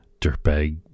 dirtbag